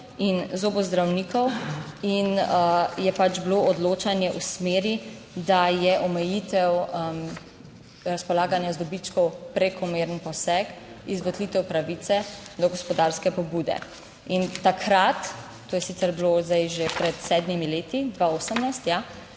in zobozdravnikov in je pač bilo odločanje v smeri, da je omejitev razpolaganja z dobičkom prekomeren poseg, izvolitev pravice do gospodarske pobude. In takrat, to je sicer bilo zdaj že pred sedmimi leti, 2018,